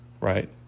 right